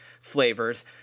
flavors